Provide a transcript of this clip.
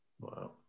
Wow